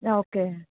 okay